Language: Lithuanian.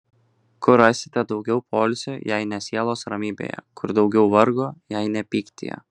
kur rasite daugiau poilsio jei ne sielos ramybėje kur daugiau vargo jei ne pyktyje